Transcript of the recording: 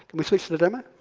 we switch to demo?